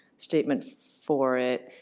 statement for it.